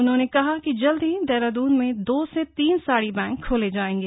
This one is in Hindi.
उन्होंने कहा कि जल्द ही देहरादून में दो से तीन साड़ी बैंक खोले जायेंगे